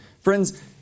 Friends